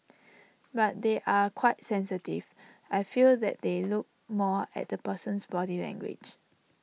but they are quite sensitive I feel that they look more at the person's body language